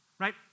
Right